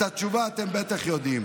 את התשובה אתם בטח יודעים.